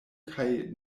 kaj